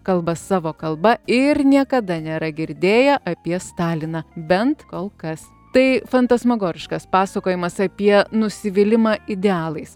kalba savo kalba ir niekada nėra girdėję apie staliną bent kol kas tai fantasmagoriškas pasakojimas apie nusivylimą idealais